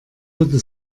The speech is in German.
würde